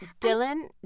Dylan